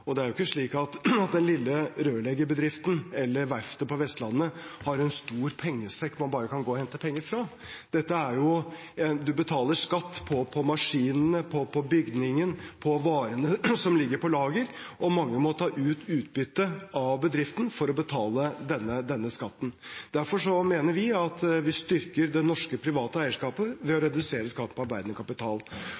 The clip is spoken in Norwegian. Og det er jo ikke slik at den lille rørleggerbedriften eller verftet på Vestlandet har en stor pengesekk man bare kan gå og hente penger fra. Man betaler skatt på maskinene, på bygningen, på varene som ligger på lager, og mange må ta ut utbytte av bedriften for å betale denne skatten. Derfor mener vi at vi styrker det norske private eierskapet ved å